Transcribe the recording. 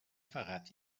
فقط